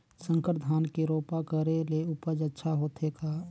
संकर धान के रोपा करे ले उपज अच्छा होथे का?